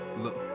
look